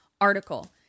article